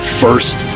first